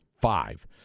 Five